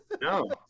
No